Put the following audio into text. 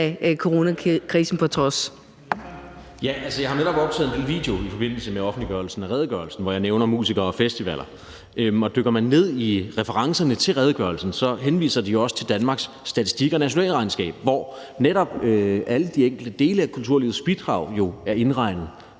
jeg har netop optaget en video i forbindelse med offentliggørelsen af redegørelsen, hvor jeg nævner musikere og festivaler; og dykker man ned i referencerne til redegørelsen, henviser vi også til Danmarks Statistik og nationalregnskab, hvor netop alle de enkelte dele af kulturlivets bidrag jo er indregnet